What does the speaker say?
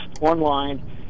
online